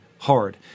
hard